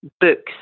books